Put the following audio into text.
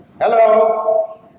Hello